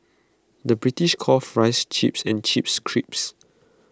the British calls Fries Chips and Chips Crisps